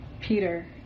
Peter